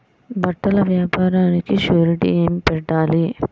బట్టల వ్యాపారానికి షూరిటీ ఏమి పెట్టాలి?